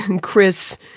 Chris